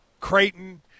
Creighton